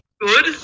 good